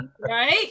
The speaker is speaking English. right